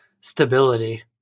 stability